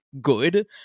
good